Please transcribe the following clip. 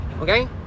Okay